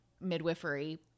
midwifery